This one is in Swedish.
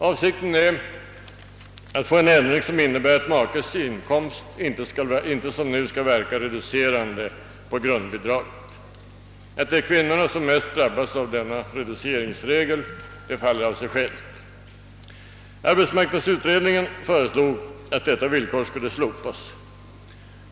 Avsikten är att få till stånd en ändring som innebär, att makes inkomst inte som nu skall verka reducerande på grundbidraget. Att det är kvinnorna som mest drabbas av denna reduceringsregel faller av sig självt. Arbetsmarknadsutredningen föreslog att detta villkor skulle slopas.